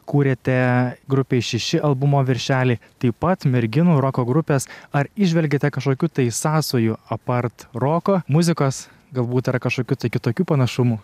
kūrėte grupei šiši albumo viršelį taip pat merginų roko grupės ar įžvelgiate kažkokių tai sąsajų apart roko muzikos galbūt yra kažkokių tai kitokių panašumų